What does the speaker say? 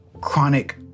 chronic